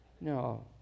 No